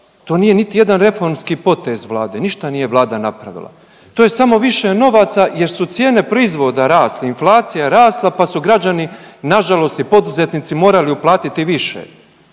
to nije niti jedan reformski potez vlade, ništa nije vlada napravila. To je samo više novaca jer su cijene proizvoda rasle, inflacija je rasla pa su građani nažalost i poduzetnici morali uplatiti više.